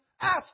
Ask